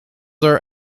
are